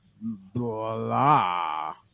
blah